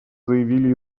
заявили